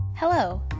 Hello